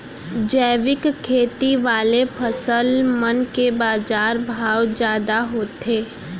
जैविक खेती वाले फसल मन के बाजार भाव जादा होथे